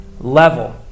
level